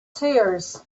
tears